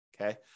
Okay